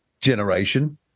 generation